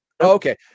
Okay